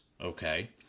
okay